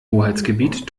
hoheitsgebiet